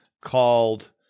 called